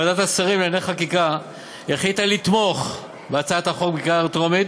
ועדת שרים לענייני חקיקה החליטה לתמוך בהצעת החוק בקריאה הטרומית,